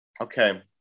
Okay